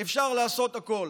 אפשר לעשות הכול,